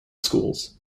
schools